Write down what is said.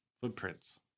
Footprints